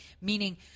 meaning